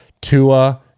Tua